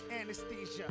anesthesia